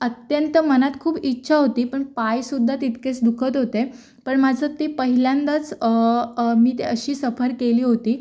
अत्यंत मनात खूप इच्छा होती पण पायसुद्धा तितकेच दुखत होते पण माझं ते पहिल्यांदाच मी ते अशी सफर केली होती